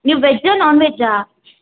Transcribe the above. ನೀವು ವೆಜ್ಜಾ ನೋನ್ವೆಜ್ಜಾ